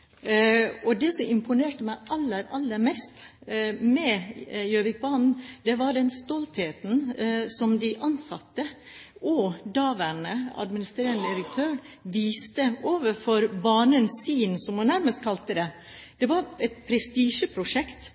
Gjøvikbanen. Det som imponerte meg aller mest med Gjøvikbanen, var den stoltheten som de ansatte, og daværende administrerende direktør, viste over «banen sin», som han nærmest kalte det. Det var et prestisjeprosjekt,